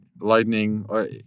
Lightning